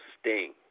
Sting